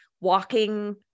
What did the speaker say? walking